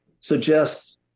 suggest